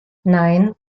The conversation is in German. nein